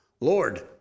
Lord